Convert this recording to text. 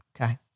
Okay